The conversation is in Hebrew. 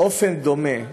באופן דומה,